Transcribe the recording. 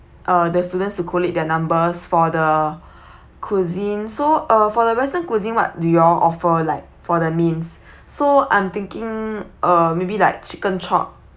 uh the students to collect their numbers for the cuisine so uh for the western cuisine what do you all offer like for the means so I'm thinking uh maybe like chicken chop